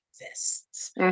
exists